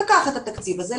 לקחת את התקציב הזה,